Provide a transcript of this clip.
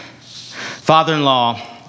father-in-law